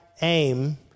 aim